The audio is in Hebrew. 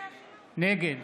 נגד